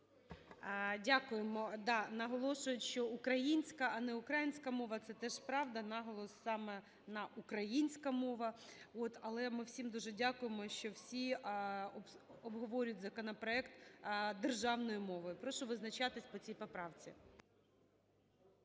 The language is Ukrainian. Да, наголошують, що украЇнська, а не укрАїнська мова, це теж правда, наголос саме на украЇнська мова. Але ми всім дуже дякуємо, що обговорюють законопроект державною мовою. Прошу визначатись по цій поправці.